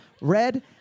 Red